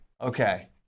Okay